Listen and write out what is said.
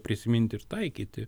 prisiminti ir taikyti